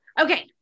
Okay